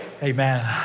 Amen